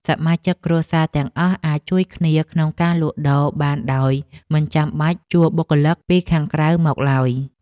សមាជិកគ្រួសារទាំងអស់អាចជួយគ្នាក្នុងការលក់ដូរបានដោយមិនចាំបាច់ជួលបុគ្គលិកពីខាងក្រៅមកឡើយ។